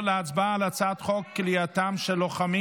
להצבעה על הצעת חוק כליאתם של לוחמים